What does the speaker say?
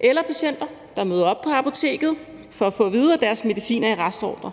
Det kan også være patienter, der møder op på apoteket for at få at vide, at deres medicin er i restordre.